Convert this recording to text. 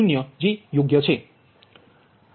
0 જે યોગ્ય છે